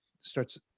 starts